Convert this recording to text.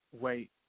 wait